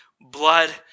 blood